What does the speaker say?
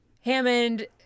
hammond